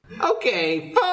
Okay